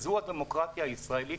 וזאת הדמוקרטיה הישראלית.